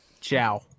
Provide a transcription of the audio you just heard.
ciao